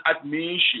admission